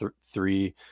three